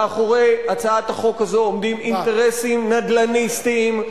מאחורי הצעת החוק הזו עומדים אינטרסים נדל"ניסטיים,